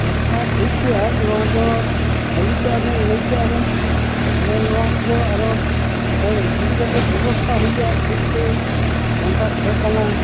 ᱟᱪᱪᱷᱟ ᱴᱷᱤᱠ ᱜᱮᱭᱟ ᱱᱚᱣᱟ ᱫᱚ ᱵᱷᱟᱹᱜᱤ ᱠᱮᱜᱼᱟ ᱵᱮᱱ ᱞᱟᱹᱭ ᱠᱮᱜᱼᱟ ᱵᱮᱱ ᱛᱚᱵᱮ ᱱᱚᱣᱟ ᱠᱚᱫᱚ ᱟᱨᱚ ᱛᱟᱦᱚᱞᱮ ᱵᱷᱟᱹᱞᱤ ᱠᱟᱛᱮ ᱵᱮᱵᱚᱥᱛᱟ ᱦᱩᱭᱩᱜᱼᱟ ᱪᱮᱫ ᱛᱮ ᱱᱚᱝᱠᱟ ᱥᱚ ᱠᱟᱱᱟ